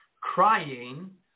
crying